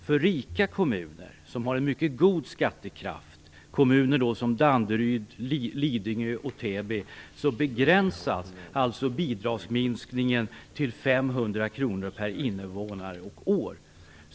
För rika kommuner som Danderyd, Lidingö och Täby, vilka har en mycket god skattekraft, begränsas bidragsminskningen till 500 kr per invånare och år.